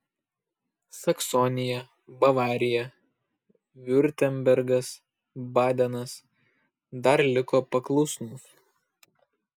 saksonija bavarija viurtembergas badenas dar liko paklusnūs